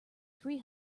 three